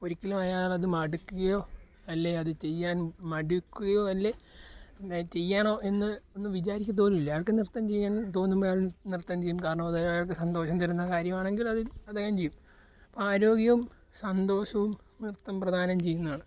ഒരിക്കലും അയാളത് മടുക്കുകയോ അല്ലെങ്കിൽ അത് ചെയ്യാൻ മടിക്കുകയോ അല്ലെ ചെയ്യണോ എന്ന് വിചാരിക്കത്തു പോലുമില്ല അയാൾക്ക് നൃത്തം ചെയ്യണമെന്ന് തോന്നുമ്പോള് അയാൾ നൃത്തം ചെയ്യും കാരണം അതയാൾക്ക് സന്തോഷം തരുന്ന കാര്യമാണെങ്കിൽ അത് അദ്ദേഹം ചെയ്യും ആരോഗ്യവും സന്തോഷവും നൃത്തം പ്രദാനം ചെയ്യുന്നതാണ്